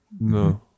no